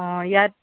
অঁ ইয়াত